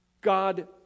God